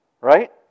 Right